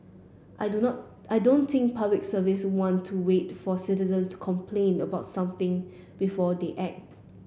I do not I don't think Public Service want to wait for citizens complain about something before they act